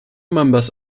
members